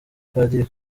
padiri